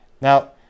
Now